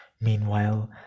Meanwhile